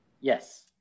Yes